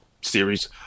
series